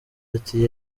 ati